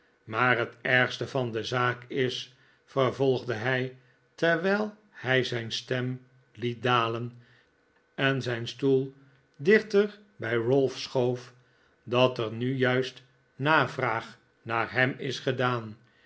maar het ergste van de zaak is vervolgde hij terwijl hij zijn stem liet dalen en zijn stoel dichter bij ralph schoof dat er nu juist navraag naar hem is gedaan